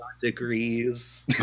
degrees